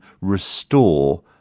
restore